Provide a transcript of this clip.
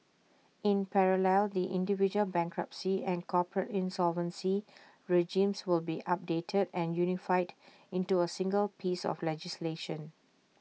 in parallel the individual bankruptcy and corporate insolvency regimes will be updated and unified into A single piece of legislation